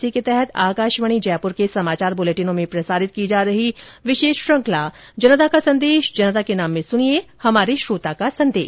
इसी के तहत आकाशवाणी जयपूर के समाचार बुलेटिनों में प्रसारित की जा रही विशेष श्रुखंला जनता का संदेश जनता के नाम में सुनिये हमारे श्रोता का संदेश